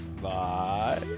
Bye